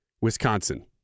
wisconsin